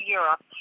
Europe